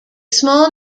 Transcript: small